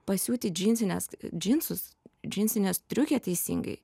pasiūti džinsines džinsus džinsinę striukę teisingai